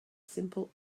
simple